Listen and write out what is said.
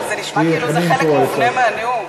אבל זה נשמע כאילו זה חלק מובנה מהנאום.